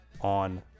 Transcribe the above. on